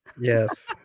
Yes